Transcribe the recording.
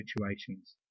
situations